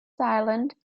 island